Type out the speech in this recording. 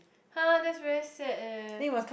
[huh] that's very sad leh